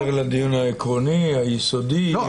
אתה חוזר לדיון העקרוני היסודי.